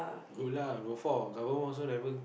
good lah low for government also never